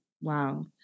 Wow